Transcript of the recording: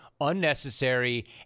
unnecessary